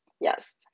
yes